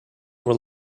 were